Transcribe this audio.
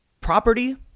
Property